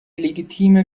legitime